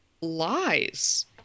lies